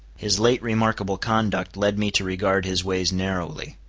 his late remarkable conduct led me to regard his ways narrowly.